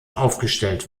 aufgestellt